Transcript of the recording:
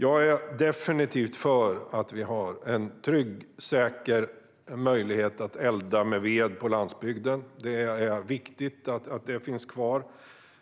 Jag är definitivt för att vi ska ha en trygg och säker möjlighet att elda med ved på landsbygden. Det är viktigt att det finns kvar.